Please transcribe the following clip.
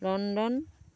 London